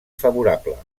favorable